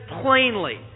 plainly